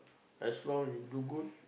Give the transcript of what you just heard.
as long you do good